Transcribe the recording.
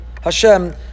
Hashem